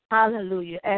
Hallelujah